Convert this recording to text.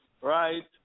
right